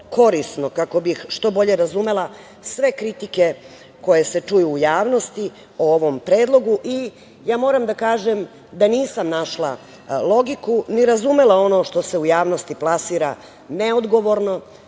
korisno kako bih što bolje razumela sve kritike koje se čuju u javnosti o ovom Predlogu. Ja moram da kažem da nisam našla logiku ni razumela ono što se u javnosti plasira neodgovorno,